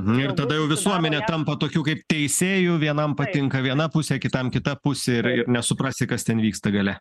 ir tada jau visuomenė tampa tokiu kaip teisėju vienam patinka viena pusė kitam kita pusė ir ir nesuprasi kas ten vyksta gale